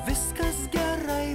viskas gerai